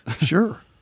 Sure